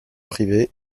privé